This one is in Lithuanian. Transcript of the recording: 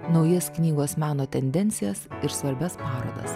naujas knygos meno tendencijas ir svarbias parodas